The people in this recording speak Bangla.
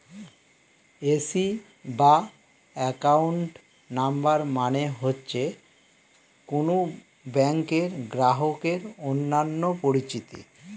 এ.সি বা অ্যাকাউন্ট নাম্বার মানে হচ্ছে কোন ব্যাংকের গ্রাহকের অন্যান্য পরিচিতি